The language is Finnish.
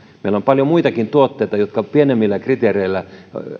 meillä on paljon muitakin tuotteita jotka pienemmillä kriteereillä